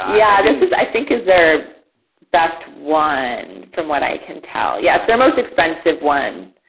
yeah, this is, i think is their best one, from what i can tell. yeah, it's their most expensive one.